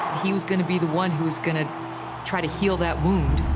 he was going to be the one who was going to try to heal that wound.